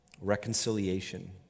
reconciliation